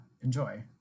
enjoy